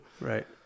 Right